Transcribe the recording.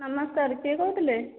ନମସ୍କାର କିଏ କହୁଥିଲେ